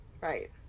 Right